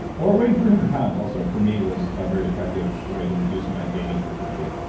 or weighing three hundred pounds also, for me was a very effective way to reduce my dating frequency